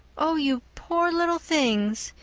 oh, you poor little things!